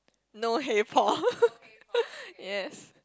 no yes